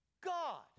God